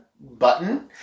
button